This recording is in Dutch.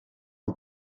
een